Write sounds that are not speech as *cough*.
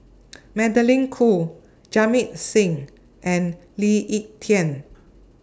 *noise* Magdalene Khoo Jamit Singh and Lee Ek Tieng